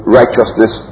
righteousness